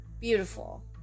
beautiful